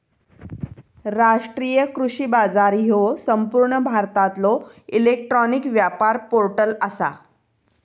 राष्ट्रीय कृषी बाजार ह्यो संपूर्ण भारतातलो इलेक्ट्रॉनिक व्यापार पोर्टल आसा